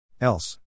else